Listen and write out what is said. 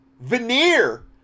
veneer